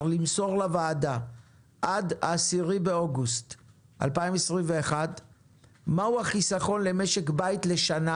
למסור לוועדה עד 10 באוגוסט 2021 מהו החיסכון למשק בית לשנה